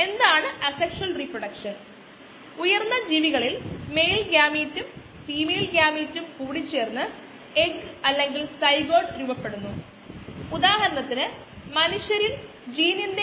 rxμxorheredxdtμx accumulation നിരക്ക് μx ന് തുല്യമാണ് നമ്മൾ rx നെ dxdt ഉപയോഗിച്ച് മാറ്റുന്നു dxdt μx ന് തുല്യമാണ്